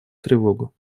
тревогу